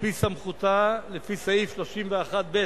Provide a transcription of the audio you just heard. על-פי סמכותה לפי סעיף 31(ב)